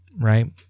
Right